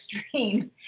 extreme